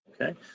Okay